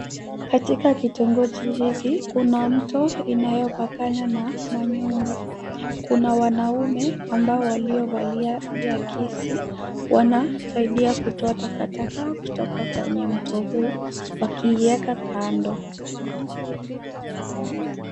Katika kitongoji hiki, kuna mto inayopakana na manyumba. Kuna wanaume ambao waliovalia viakisi wanasaidia kutoka takataka kutoka kwenye mto huu wakiiweka kando.